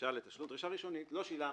דרישה ראשונית לא שילמת,